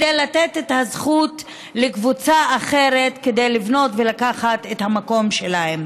לתת את הזכות לקבוצה אחרת כדי לבנות ולקחת את המקום שלהם.